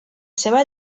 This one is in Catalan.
seva